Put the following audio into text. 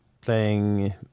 playing